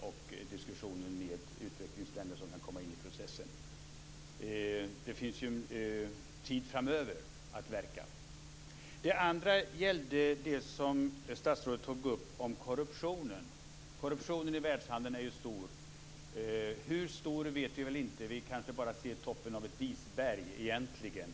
och diskussionen med utvecklingsländer som kan komma in i processen? Det finns ju framöver tid för att verka för detta. Den andra frågan är korruptionen, som statsrådet tog upp. Korruptionen i världshandeln är ju stor, hur stor vet vi väl inte - vi ser kanske egentligen bara toppen av ett isberg.